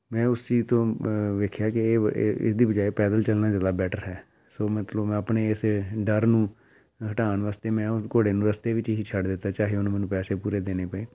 ਮੈਂ ਉਸ ਚੀਜ਼ ਤੋਂ ਦੇਖਿਆ ਕਿ ਇਹ ਬ ਅ ਇਸਦੀ ਬਜਾਇ ਪੈਦਲ ਚੱਲਣਾ ਜ਼ਿਆਦਾ ਬੈਟਰ ਹੈ ਸੋ ਮਤਲਬ ਮੈਂ ਆਪਣੇ ਇਸ ਡਰ ਨੂੰ ਹਟਾਉਣ ਵਾਸਤੇ ਮੈਂ ਉਹ ਘੋੜੇ ਨੂੰ ਰਸਤੇ ਵਿੱਚ ਹੀ ਛੱਡ ਦਿੱਤਾ ਚਾਹੇ ਉਹਨੂੰ ਮੈਨੂੰ ਪੈਸੇ ਪੂਰੇ ਦੇਣੇ ਪਏ